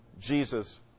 Jesus